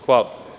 Hvala.